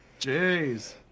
Jeez